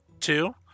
Two